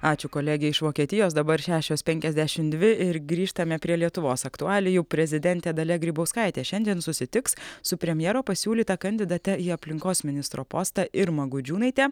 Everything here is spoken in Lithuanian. ačiū kolegei iš vokietijos dabar šešios penkiasdešimt dvi ir grįžtame prie lietuvos aktualijų prezidentė dalia grybauskaitė šiandien susitiks su premjero pasiūlyta kandidate į aplinkos ministro postą irma gudžiūnaite